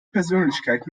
persönlichkeit